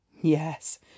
Yes